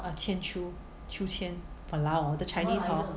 uh 千秋秋千 !walao! 我的 chinese hor